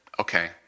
okay